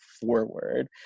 forward